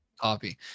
Copy